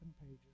pages